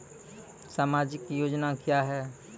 समाजिक योजना क्या हैं?